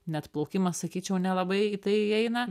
net plaukimas sakyčiau nelabai į tai įeina